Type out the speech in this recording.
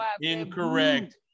incorrect